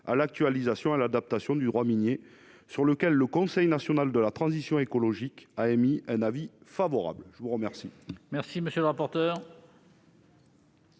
à l'actualisation et à l'adaptation du droit minier, sur lequel le Conseil national de la transition écologique a émis un avis favorable. Le sous-amendement